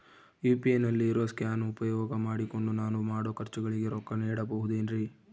UPI ನಲ್ಲಿ ಇರೋ scan ಉಪಯೋಗ ಮಾಡಿಕೊಂಡು ನಾನು ಮಾಡೋ ಖರ್ಚುಗಳಿಗೆ ರೊಕ್ಕ ನೇಡಬಹುದೇನ್ರಿ?